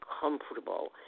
comfortable